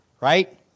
right